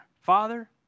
Father